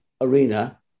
arena